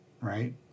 right